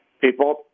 people